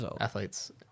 athletes